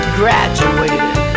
graduated